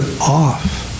off